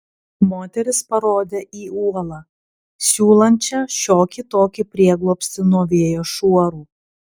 moteris parodė į uolą siūlančią šiokį tokį prieglobstį nuo vėjo šuorų